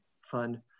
fund